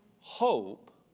hope